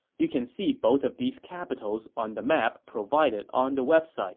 you can see both of these capitals on the map provided on the website